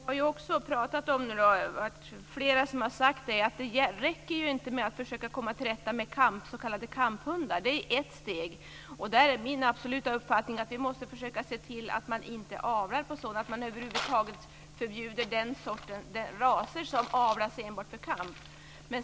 Fru talman! Men nu har vi också pratat om att det inte räcker med att försöka komma till rätta med s.k. kamphundar. Det är flera talare som har sagt det. Det är ett steg, och där är min absoluta uppfattning att vi måste försöka se till att man inte avlar på sådana, att man över huvud taget förbjuder raser som avlas enbart för kamp.